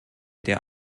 der